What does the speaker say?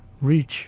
reach